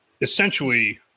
essentially